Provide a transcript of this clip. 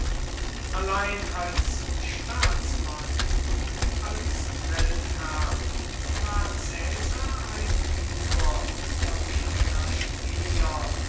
allein als staatsmann wie als feldherr war caesar ein überverwegener spieler